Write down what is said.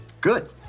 Good